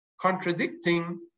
contradicting